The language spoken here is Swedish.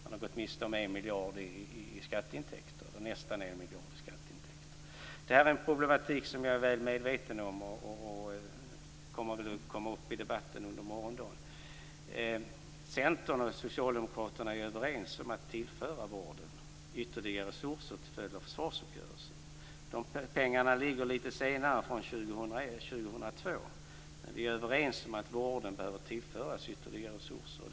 Man har gått miste om nästan 1 miljard i skatteintäkter. Det här är en problematik som jag är väl medveten om och som väl kommer upp i debatten under morgondagen. Centern och Socialdemokraterna är överens om att tillföra vården ytterligare resurser till följd av försvarsuppgörelsen. De pengarna ligger lite senare, från år 2002. Men vi är överens om att vården behöver tillföras ytterligare resurser.